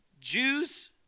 Jews